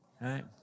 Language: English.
right